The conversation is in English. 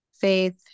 faith